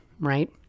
right